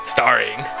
Starring